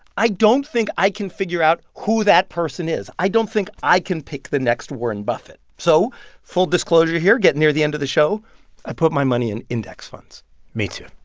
i don't think i can figure out who that person is. i don't think i can pick the next warren buffett. so full disclosure here getting near the end of the show i put my money in index funds me, too.